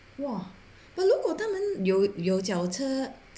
!wah! but 如果他们有有脚车